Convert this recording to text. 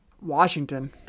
Washington